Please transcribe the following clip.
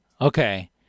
okay